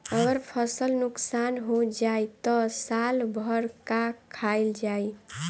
अगर फसल नुकसान हो जाई त साल भर का खाईल जाई